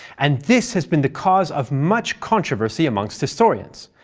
and this has been the cause of much controversy amongst historians,